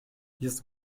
jest